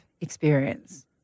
experience